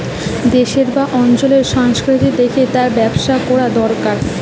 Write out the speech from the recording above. দেশের বা অঞ্চলের সংস্কৃতি দেখে তার ব্যবসা কোরা দোরকার